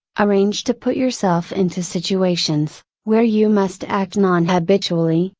arrange to put yourself into situations, where you must act non habitually,